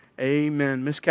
Amen